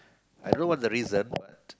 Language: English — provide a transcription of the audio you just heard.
I don't know what the reason but